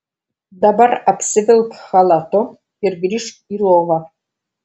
dabar apsivilk chalatu ir grįžk į lovą